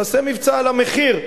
תעשה מבצע על המחיר.